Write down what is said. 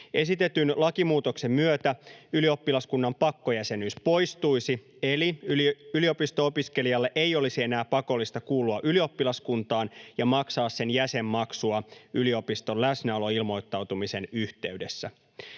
Esitetyn lakimuutoksen myötä ylioppilaskunnan pakkojäsenyys poistuisi eli yliopisto-opiskelijalle ei olisi enää pakollista kuulua ylioppilaskuntaan ja maksaa sen jäsenmaksua yliopiston läsnäoloilmoittautumisen yhteydessä.